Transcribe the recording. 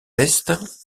est